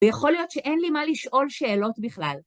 ויכול להיות שאין לי מה לשאול שאלות בכלל.